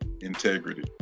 integrity